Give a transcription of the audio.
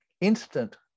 instant